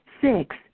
six